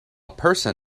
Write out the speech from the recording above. person